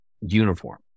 uniform